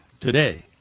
today